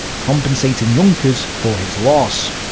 compensating junkers for his loss.